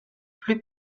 plus